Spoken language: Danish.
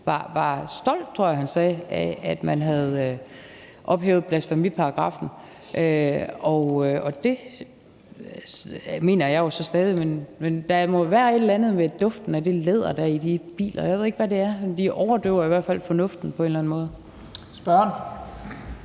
af – det tror jeg han sagde – at man havde ophævet blasfemiparagraffen, og jeg mener jo så stadig også, at det var godt. Der må jo være et eller andet ved duften af det læder, der er i de ministerbiler. Jeg ved ikke, hvad det er, men det overdøver i hvert fald på en eller anden måde fornuften.